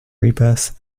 rebirth